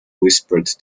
whispered